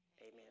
amen